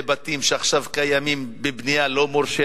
בתים שעכשיו קיימים בבנייה לא מורשית.